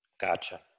Gotcha